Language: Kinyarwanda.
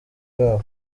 babo